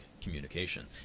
communication